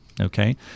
Okay